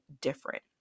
different